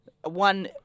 one